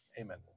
Amen